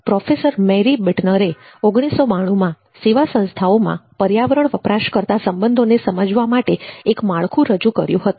professor Mary બિટનરે 1992માં સેવા સંસ્થાઓમાં પર્યાવરણ વપરાશકર્તા સંબંધોને સમજવા માટે એક માળખું રજૂ કર્યું હતું